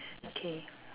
okay